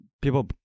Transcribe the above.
People